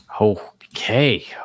Okay